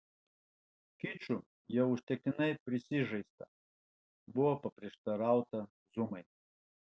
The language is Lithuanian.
kiču jau užtektinai prisižaista buvo paprieštarauta zumai